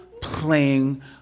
playing